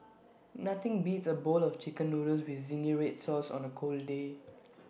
nothing beats A bowl of Chicken Noodles with Zingy Red Sauce on A cold day